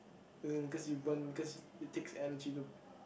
as in cause you burn cause it takes energy to